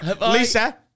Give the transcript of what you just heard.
Lisa